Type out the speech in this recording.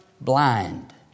blind